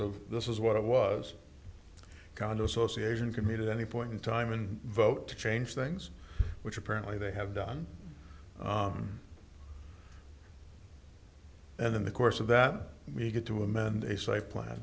of this is what it was a condo association committed any point in time and vote to change things which apparently they have done and in the course of that we get to amend a site plan